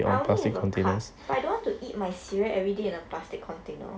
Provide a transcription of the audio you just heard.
I only have a cup but I don't want to eat my cereal everyday in a plastic container